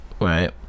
right